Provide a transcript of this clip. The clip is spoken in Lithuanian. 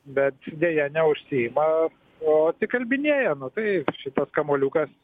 bet deja neužsiima o atsikalbinėja nu tai šitas kamuoliukas